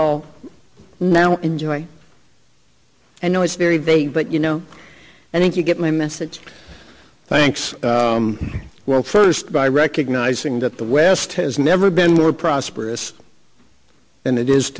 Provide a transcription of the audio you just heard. all now enjoy and know it's very vague but you know i think you get my message thanks well first by recognizing that the west has never been more prosperous than it is